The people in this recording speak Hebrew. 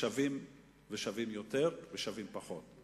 לשווים ושווים יותר ושווים פחות.